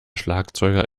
schlagzeuger